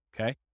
Okay